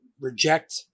reject